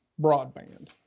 broadband